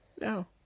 No